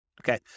Okay